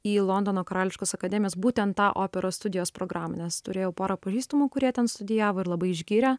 į londono karališkos akademijos būtent tą operos studijos programą nes turėjau porą pažįstamų kurie ten studijavo ir labai išgyrė